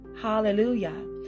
Hallelujah